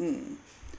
mm